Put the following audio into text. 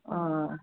अँ